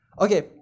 Okay